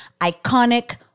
iconic